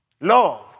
love